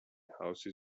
houses